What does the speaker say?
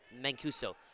Mancuso